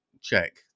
check